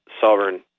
sovereign